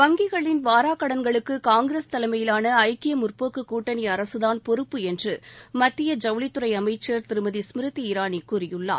வங்கிகளின் வாராக் கடன்களுக்கு காங்கிரஸ் தலைமையிலான ஐக்கிய முற்போக்கு கூட்டணி அரசுதான் பொறுப்பு என்று மத்திய ஜவுளித்துறை அமைச்சர் திருமதி ஸ்மிருதி இரானி கூறியுள்ளார்